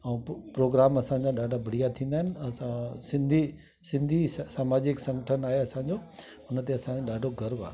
ऐं प्रोग्राम असांजा ॾाढा बढ़िया थींदा आहिनि असां सिंधी सिंधी समाजिक संगठन आहे असांजो हुन ते असांखे ॾाढो गर्व आहे